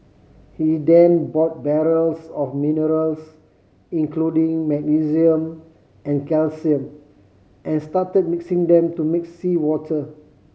he then bought barrels of minerals including magnesium and calcium and started mixing them to make seawater